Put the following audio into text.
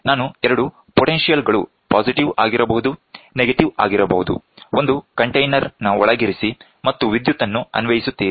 ನಾನು 2 ಪೊಟೆನ್ಶಿಯಲ್ಗಳು ಪಾಸಿಟಿವ್ ಆಗಿರಬಹುದು ನೆಗೆಟಿವ್ ಆಗಿರಬಹುದು ಒಂದು ಕಂಟೇನರ್ ನ ಒಳಗಿರಿಸಿ ಮತ್ತು ವಿದ್ಯುತ್ ಅನ್ನು ಅನ್ವಯಿಸುತ್ತಿರಿ